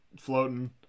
floating